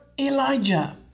Elijah